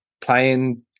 playing